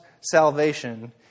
salvation